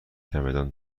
چمدان